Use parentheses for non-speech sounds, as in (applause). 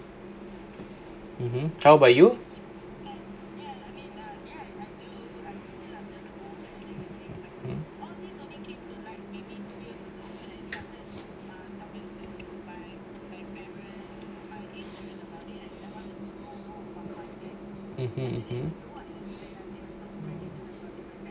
(uh huh) how about you (uh huh) (breath)